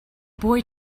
boy